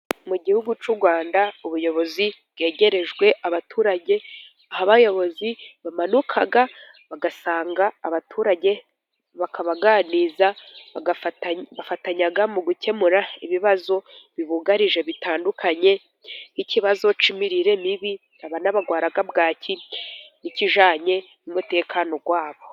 Mu gihugu cy'u Rwanda ubuyobozi bwegerejwe abaturage, aho abayobozi bamanuka bagasanga abaturage bakabaganiriza. Bafatanyaga mu gukemura ibibazo bibugarije bitandukanye, nk'ikibazo cy'imirire mibi abarwara bwaki, ikijyanye n'umutekano wabo.